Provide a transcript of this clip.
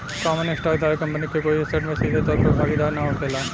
common stock धारक company के कोई ऐसेट में सीधे तौर पर भागीदार ना होखेला